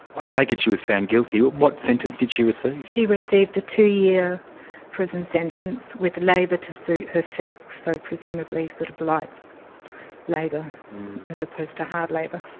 i take it she was found guilty. what sentence did she receive? she received a two-year prison sentence with labour to suit her sex, so presumably sort of light labour as opposed to hard labour.